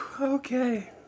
okay